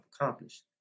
accomplished